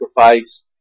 sacrifice